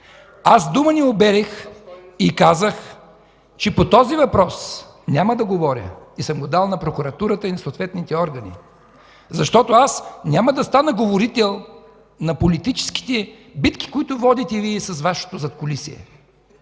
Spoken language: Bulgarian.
Аз дума не обелих и казах, че по този въпрос няма да говоря и съм го дал на прокуратурата и на съответните органи. Защото аз няма да стана говорител на политическите битки, които водите Вие с Вашето задкулисие.